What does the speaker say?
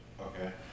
Okay